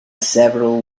several